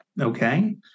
Okay